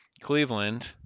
cleveland